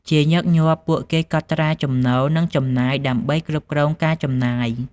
ជាញឹកញាប់ ពួកគេកត់ត្រាចំណូល និងចំណាយដើម្បីគ្រប់គ្រងការចំណាយ។